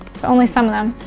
it's only some of them.